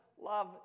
Love